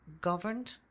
governed